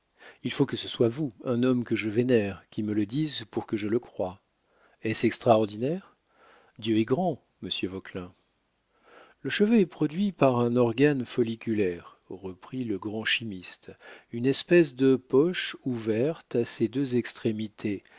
il faut que ce soit vous un homme que je vénère qui me le dise pour que le croie est-ce extraordinaire dieu est grand monsieur vauquelin le cheveu est produit par un organe folliculaire reprit le grand chimiste une espèce de poche ouverte à ses deux extrémités